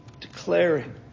declaring